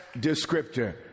descriptor